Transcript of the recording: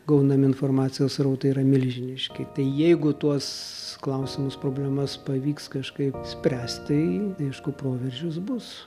gaunami informacijos srautai yra milžiniški tai jeigu tuos klausimus problemas pavyks kažkaip spręst tai aišku proveržis bus